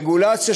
רגולציה